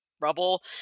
rubble